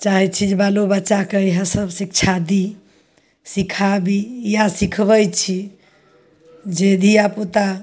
चाहय छी जे बालो बच्चाके इएह सब शिक्षा दी सिखाबी या सिखबय छी जे धियापुता